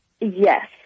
Yes